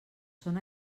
són